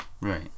right